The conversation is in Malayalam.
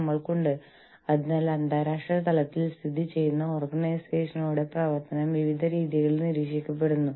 നിങ്ങൾക്ക് ഇപ്പോൾ ഫോൺ എടുത്ത് ലോകത്തിന്റെ ഏത് ഭാഗത്തുമുള്ള ആരെയും വിളിക്കാം